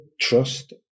trust